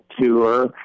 tour